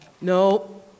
no